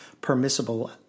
permissible